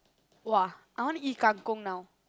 !wah! I wanna eat kangkong now